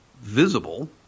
visible